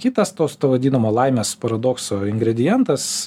kitas tos to vadinamo laimės paradokso ingredientas